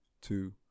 two